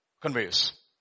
conveys